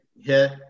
hit